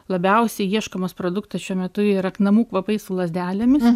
labiausiai ieškomas produktas šiuo metu yra namų kvapai su lazdelėmis